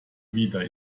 wieder